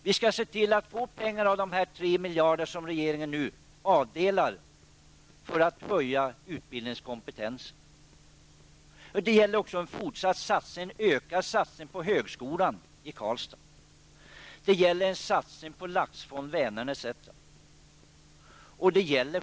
Vi skall se till att vi får pengar av de 3 miljarder kronor som regeringen avdelar för att höja utbildningskompetensen. Det gäller också en ökad satsning på högskolan i Karlstad. Vidare gäller den en satsning på laxfond Vänern, osv.